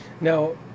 Now